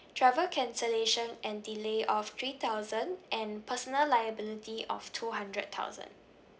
travel cancellation and delay of three thousand and personal liability of two hundred thousand